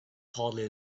hardly